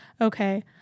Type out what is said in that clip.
Okay